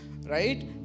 right